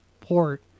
port